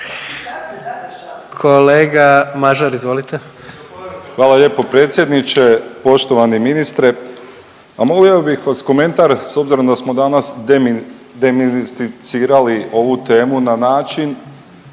**Mažar, Nikola (HDZ)** Hvala lijepo predsjedniče. Poštovani ministre, a molio bih vas komentar s obzirom da smo danas demistificirali ovu temu na način,